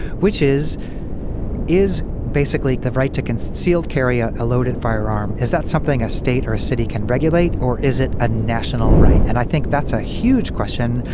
which is is basically the right to concealed carry a a loaded firearm. is that something a state or a city can regulate or is it a national right. and i think that's a huge question,